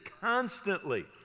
constantly